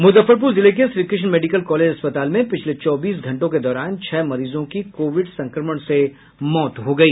मुजफ्फरपुर जिले के Shrikrishna medical college अस्पताल में पिछले चौबीस घंटों के दौरान छह मरीजों की कोविड संक्रमण से मौत हो गयी